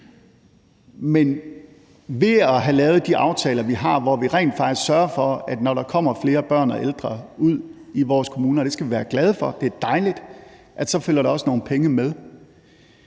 Men ved at have lavet de aftaler, vi har, hvor vi rent faktisk sørger for, at når der kommer flere børn og ældre ud i vores kommuner – og det skal vi være glade for, det er dejligt – følger der også nogle penge med,